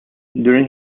during